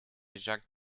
jacques